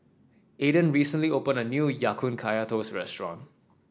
Adan recently opened a new Ya Kun Kaya Toast restaurant